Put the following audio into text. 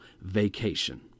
vacation